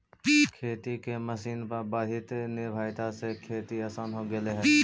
खेती के मशीन पर बढ़ीत निर्भरता से खेती आसान हो गेले हई